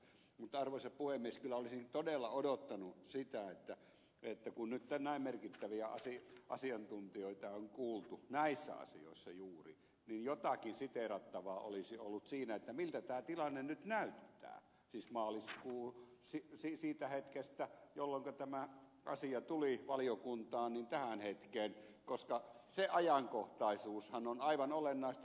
mutta arvoisa puhemies kyllä olisin todella odottanut sitä että kun nyt näin merkittäviä asiantuntijoita on kuultu näissä asioissa juuri niin jotakin siteerattavaa olisi ollut siinä miltä tämä tilanne nyt näyttää siis siitä hetkestä jolloinka tämä asia tuli valiokuntaan tähän hetkeen koska se ajankohtaisuushan on aivan olennaista